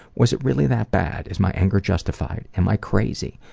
was it really that bad? is my anger justified? am i crazy?